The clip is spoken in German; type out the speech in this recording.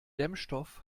dämmstoff